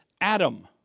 Adam